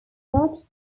not